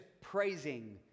praising